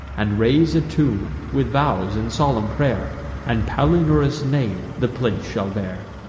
and raise a tomb, with vows and solemn pray'r and palinurus' name the place shall bear.